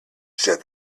said